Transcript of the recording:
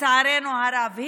לצערנו הרב,